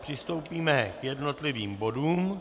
Přistoupíme k jednotlivým bodům.